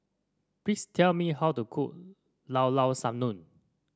please tell me how to cook Llao Llao Sanum